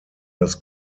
das